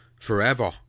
forever